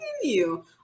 continue